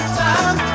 time